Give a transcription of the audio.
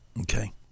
Okay